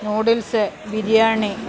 noodles biryani